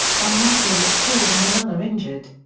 one worker was killed and another injured.